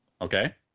Okay